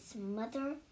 mother